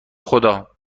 خدا